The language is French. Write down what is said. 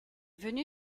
venu